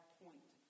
point